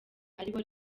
aribo